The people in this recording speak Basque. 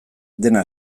dena